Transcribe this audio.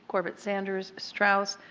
corbett sanders, strauss,